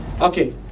Okay